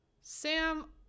Sam